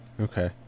Okay